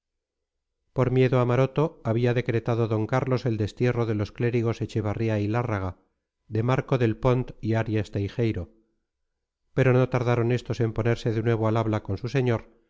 por miedo a maroto había decretado d carlos el destierro de los clérigos echevarría y lárraga de marco del pont y arias teijeiro pero no tardaron estos en ponerse de nuevo al habla con su señor